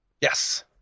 yes